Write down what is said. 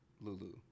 Lulu